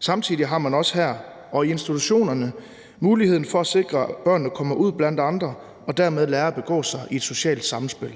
Samtidig har man også her og i institutionerne muligheden for at sikre, at børnene kommer ud blandt andre og dermed lærer at begå sig i et socialt sammenspil.